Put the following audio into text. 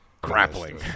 grappling